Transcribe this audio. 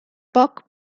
poc